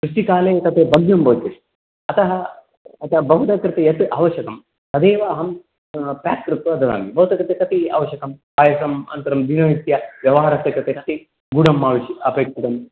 वृष्टिकाले तत् भग्नं भवति अतः भवतः यत् आवश्यकं तदेव अहम् प्याक् कृत्वा ददामि भवतः कृते कति अवश्यकं पायसं अनन्तरं दिननित्यव्यवहारस्य कृते कति गुडम् आवश्यक अपेक्षितम्